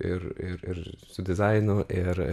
ir ir ir dizainu ir